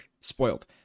spoiled